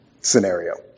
scenario